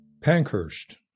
Pankhurst